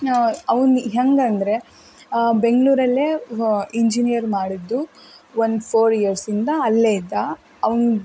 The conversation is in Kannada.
ಅವ್ನು ಹೆಂಗೆ ಅಂದರೆ ಬೆಂಗಳೂರಲ್ಲೇ ಇಂಜಿನಿಯರ್ ಮಾಡಿದ್ದು ಒಂದು ಫೋರ್ ಇಯರ್ಸಿಂದ ಅಲ್ಲೇ ಇದ್ದ ಅವ್ನು